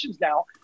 now